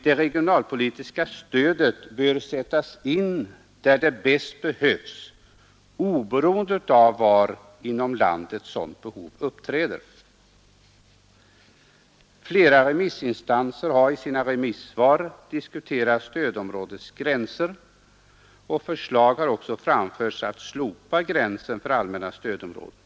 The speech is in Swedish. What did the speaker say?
Det regionalpolitiska stödet bör sättas in där det bäst behövs, oberoende av var inom landet sådant behov uppträder. Flera remissinstanser har i sina remissvar diskuterat stödområdets gränser, och förslag har framställts att slopa gränsen för allmänna stödområdet.